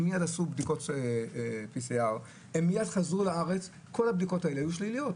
הם עשו בדיקות PCR וכשהם חזרו לארץ וכל הבדיקות האלה היו שליליות.